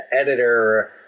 editor